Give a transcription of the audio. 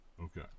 Okay